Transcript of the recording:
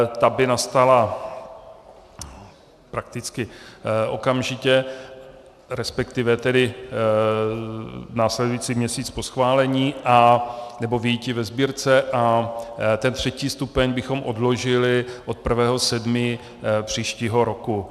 Ta by nastala prakticky okamžitě, resp. následující měsíc po schválení nebo vyjití ve Sbírce, a ten třetí stupeň bychom odložili od 1. 7. příštího roku.